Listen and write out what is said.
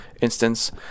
instance